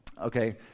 Okay